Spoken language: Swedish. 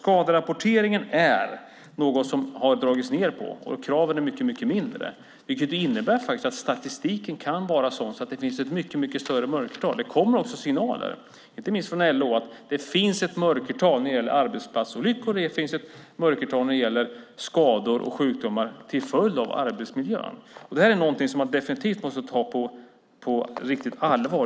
Skaderapporteringen är något som det har dragits ned på, och kraven är mycket lägre. Det innebär att statistiken kan vara sådan att det finns ett mycket större mörkertal. Det kommer också signaler, inte minst från LO, om att det finns ett mörkertal när det gäller arbetsplatsolyckor och skador och sjukdomar till följd av arbetsmiljön. Detta är någonting som man definitivt måste ta på allvar.